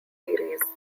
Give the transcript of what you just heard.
series